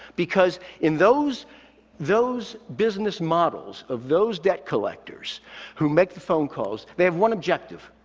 because in those those business models of those debt collectors who make the phone calls, they have one objective,